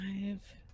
five